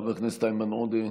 חבר הכנסת איימן עודה,